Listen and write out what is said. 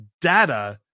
Data